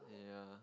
yeah